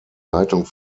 leitung